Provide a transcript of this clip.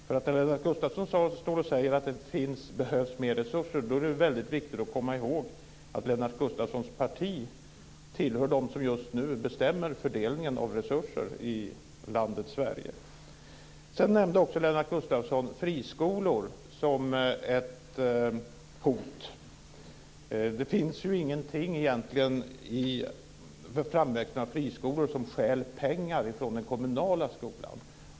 När Lennart Gustavsson säger att det behövs mer resurser är det viktigt att komma i håg att Lennart Gustavssons parti tillhör dem som just nu bestämmer fördelningen av resurser i landet Sverige. Sedan nämnde också Lennart Gustavsson friskolor som ett hot. Det finns ju egentligen ingenting i framväxten av friskolor som stjäl pengar från den kommunala skolan.